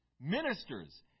Ministers